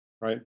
right